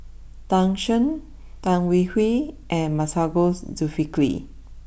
Tan Shen Tan Hwee Hwee and Masagos Zulkifli